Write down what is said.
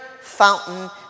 fountain